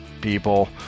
people